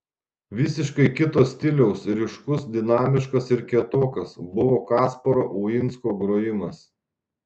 visiškai kito stiliaus ryškus dinamiškas ir kietokas buvo kasparo uinsko grojimas